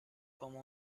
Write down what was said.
come